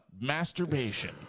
masturbation